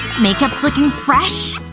makeup's looking fresh,